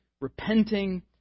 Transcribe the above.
repenting